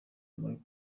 muri